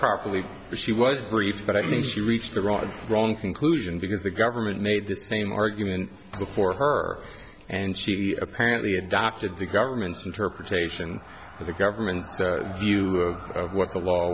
probably she was brief but i think she reached the wrong wrong conclusion because the government made the same argument before her and she apparently had doctored the government's interpretation of the government's view of what the law